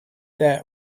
their